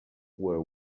were